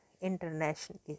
internationally